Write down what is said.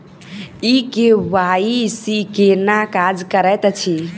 ई KYC केना काज करैत अछि?